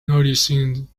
noticing